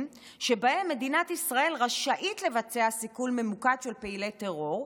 שבהם מדינת ישראל רשאית לבצע סיכול ממוקד של פעילי טרור,